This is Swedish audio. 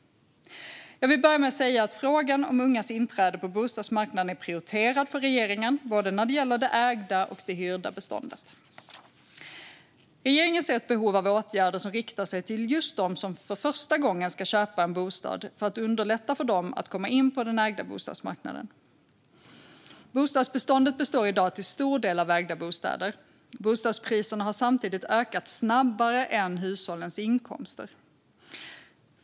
Jag vill börja med att säga att frågan om ungas inträde på bostadsmarknaden är prioriterad för regeringen, både när det gäller det ägda och det hyrda beståndet. Regeringen ser ett behov av åtgärder som riktar sig till just dem som för första gången ska köpa en bostad för att underlätta för dem att komma in på den ägda bostadsmarknaden. Bostadsbeståndet består i dag till stor del av ägda bostäder. Bostadspriserna har samtidigt ökat snabbare än hushållens inkomster.